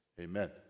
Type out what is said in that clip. Amen